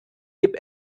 gib